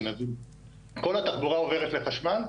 כל התחבורה עוברת לחשמל,